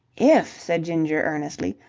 if, said ginger earnestly,